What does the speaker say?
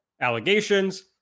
allegations